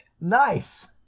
Nice